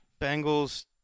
Bengals